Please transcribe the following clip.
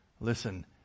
Listen